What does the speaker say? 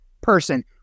person